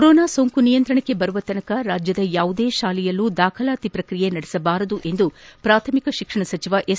corona ಸೋಂಕು ನಿಯಂತ್ರಣಕ್ಕೆ ಬರುವವರೆಗೂ ರಾಜ್ಯದ ಯಾವುದೇ ಶಾಲೆಯಲ್ಲೂ ದಾಖಲಾತಿ ಪ್ರಕ್ರಿಯೆ ನಡೆಸಬಾರದು ಎಂದು ಪ್ರಾಥಮಿಕ ಶಿಕ್ಷಣ ಸಚಿವ ಎಸ್